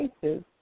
cases